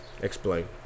Explain